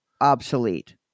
obsolete